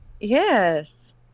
Yes